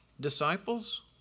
disciples